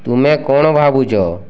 ତୁମେ କ'ଣ ଭାବୁଛ